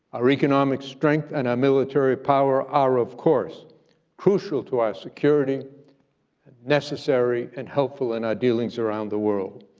our economic strength and our military power are of course crucial to our security and necessary and helpful in and our dealings around the world,